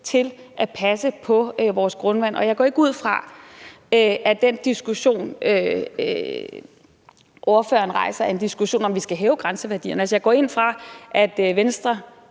til at passe på vores grundvand. Jeg går ikke ud fra, at den diskussion, ordføreren rejser, er en diskussion om, om vi skal hæve grænseværdierne. Altså, jeg går ud fra, at Venstre